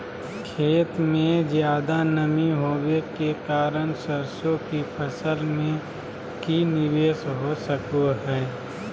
खेत में ज्यादा नमी होबे के कारण सरसों की फसल में की निवेस हो सको हय?